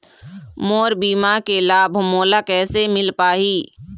मोर बीमा के लाभ मोला कैसे मिल पाही?